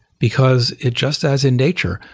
because it just as in nature.